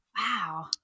wow